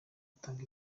itanga